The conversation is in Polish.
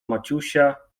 maciusia